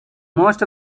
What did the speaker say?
most